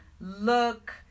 look